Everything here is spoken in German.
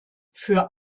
für